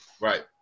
Right